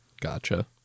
gotcha